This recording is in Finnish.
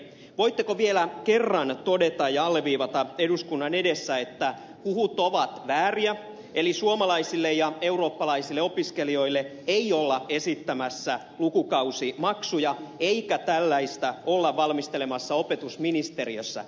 voitteko vielä kerran todeta ja alleviivata eduskunnan edessä että huhut ovat vääriä eli suomalaisille ja eurooppalaisille opiskelijoille ei olla esittämässä lukukausimaksuja eikä tällaista olla valmistelemassa opetusministeriössä